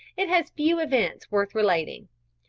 it has few events worth relating.